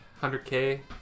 100K